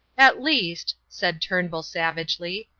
at least, said turnbull, savagely,